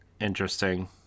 interesting